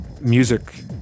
music